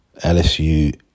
LSU